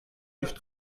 nicht